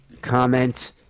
comment